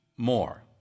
more